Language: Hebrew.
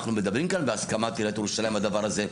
אנחנו מדברים כאן בהסכמת עיריית ירושלים לדבר הזה.